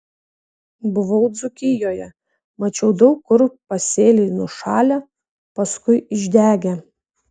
buvau dzūkijoje mačiau daug kur pasėliai nušalę paskui išdegę